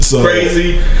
Crazy